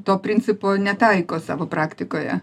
to principo netaiko savo praktikoje